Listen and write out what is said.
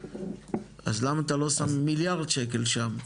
אז למה אתה לא שם מיליארד שקל שם?